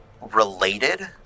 related